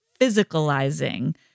physicalizing